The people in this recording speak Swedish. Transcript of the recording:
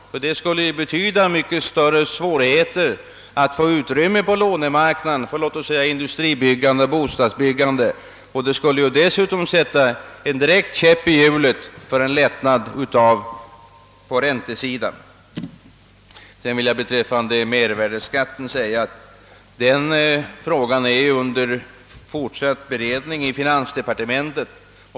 En sådan upplåning skulle betyda mycket större svårigheter att få utrymme på lånemarknaden för industribyggande och bostadsbyggande, och det skulle sätta en käpp i hjulet för strävandena att åstadkomma en lättnad på räntesidan. Vad beträffar mervärdeskatten vill jag säga att frågan är under fortsatt beredning i finansdepartementet.